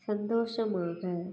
சந்தோஷமாக